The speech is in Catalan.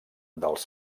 dels